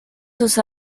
sus